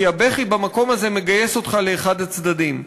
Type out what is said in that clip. כי הבכי במקום הזה מגייס אותך לאחד הצדדים.